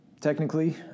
Technically